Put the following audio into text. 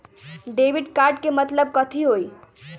Debit card के मतलब कथी होई?